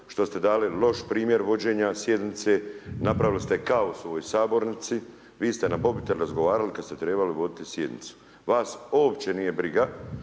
što ste dali loš primjer vođenja sjednice, napravili ste kaos u ovoj sabornici, vi ste na mobitel razgovarali kada ste trebali voditi sjednicu. Vas uopće nije briga